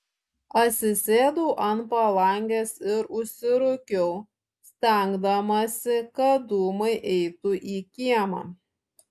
atsisėdau ant palangės ir užsirūkiau stengdamasi kad dūmai eitų į kiemą